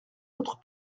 autre